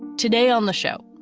today on the show,